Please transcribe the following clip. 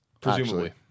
presumably